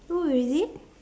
oh is it